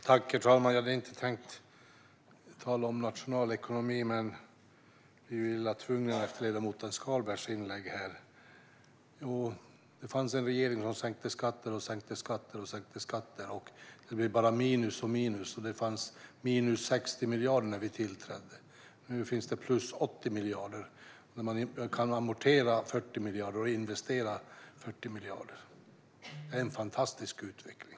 Herr talman! Jag hade inte tänkt tala om nationalekonomi, men jag blir illa tvungen efter ledamoten Skalberg Karlssons inlägg. Det fanns en regering som sänkte skatter och sänkte skatter, och det blev bara minus och minus. Det fanns minus 60 miljarder när vi tillträdde. Nu finns det plus 80 miljarder, och man kan amortera 40 miljarder och investera 40 miljarder. Det är en fantastisk utveckling.